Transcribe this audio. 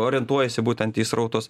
orientuojiesi būtent į srautus